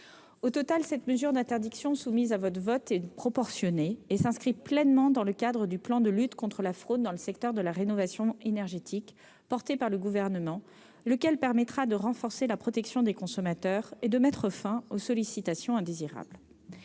Au total, la mesure d'interdiction soumise à votre vote est proportionnée et s'inscrit pleinement dans le cadre du plan de lutte contre la fraude dans le secteur de la rénovation énergétique porté par le Gouvernement. Celui-ci permettra de renforcer la protection des consommateurs et de mettre fin aux sollicitations indésirables.